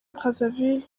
brazaville